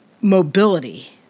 mobility